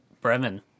Bremen